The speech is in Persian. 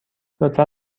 لطفا